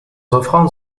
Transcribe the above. offrandes